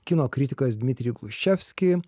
kino kritikas dmitrij gluščevski